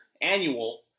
annual